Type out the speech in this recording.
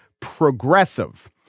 progressive